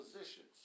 positions